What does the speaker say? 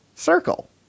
Circle